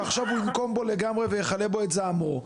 ועכשיו הוא ינקום בו לגמרי ויכלה בו את זעמו.